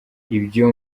ibyo